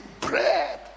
bread